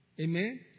Amen